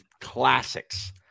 classics